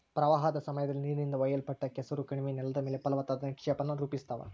ಪ್ರವಾಹದ ಸಮಯದಲ್ಲಿ ನೀರಿನಿಂದ ಒಯ್ಯಲ್ಪಟ್ಟ ಕೆಸರು ಕಣಿವೆ ನೆಲದ ಮೇಲೆ ಫಲವತ್ತಾದ ನಿಕ್ಷೇಪಾನ ರೂಪಿಸ್ತವ